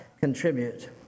contribute